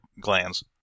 glands